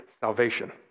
salvation